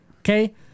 okay